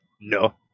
No